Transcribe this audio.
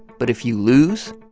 but if you lose,